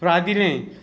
फ्रादीलें